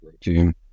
team